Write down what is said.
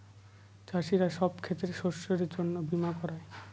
চাষীরা সব ক্ষেতের শস্যের জন্য বীমা করায়